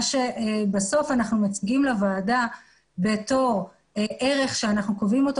בסוף אנחנו מציגים לוועדה כערך שאנחנו קובעים אותו